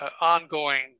ongoing